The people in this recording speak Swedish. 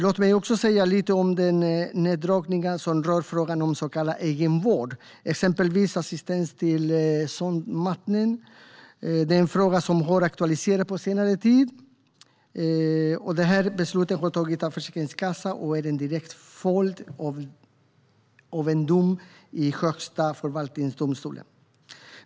Låt mig också säga något om neddragningarna när det gäller så kallad egenvård, exempelvis assistans till sondmatning. Det är en fråga som har aktualiserats på senare tid. Beslutet har fattats av Försäkringskassan och är en direkt följd av en dom i Högsta förvaltningsdomstolen.